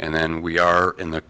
and then we are in the